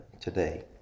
today